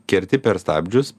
kerti per stabdžius